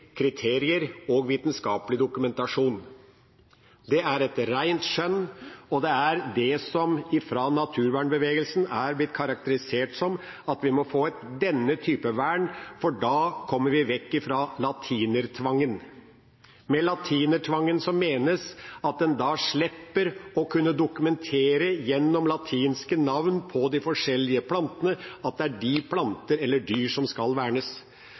kriterier og vitenskapelig dokumentasjon. Det er et rent skjønn, og det er det naturvernbevegelsen har karakterisert slik: Vi må få denne typen vern, for da kommer vi vekk fra latinertvangen. Med latinertvangen menes at en slipper å måtte dokumentere, gjennom latinske navn på de forskjellige plantene, at det er de plantene eller dyra som skal vernes.